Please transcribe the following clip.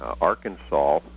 Arkansas